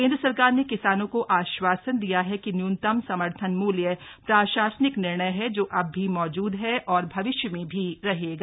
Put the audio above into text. केन्द्र सरकार ने किसानों को आश्वासन दिया है कि न्यूनतम समर्थन मूल्य प्रशासनिक निर्णय है जो अब भी मौजूद है और भविष्य में भी रहेगा